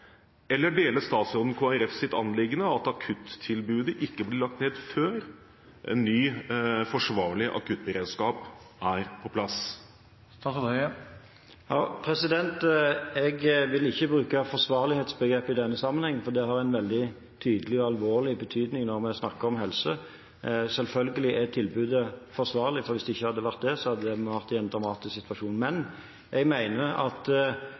eller deler statsråden Kristelig Folkepartis anliggende, at akuttilbudet ikke blir lagt ned før en ny forsvarlig akuttberedskap er på plass? Jeg vil ikke bruke forsvarlighetsbegrepet i denne sammenheng, for det har en veldig tydelig og alvorlig betydning når vi snakker om helse. Selvfølgelig er tilbudet forsvarlig. Hvis det ikke hadde vært det, hadde vi vært i en dramatisk situasjon. Jeg mener at den situasjonen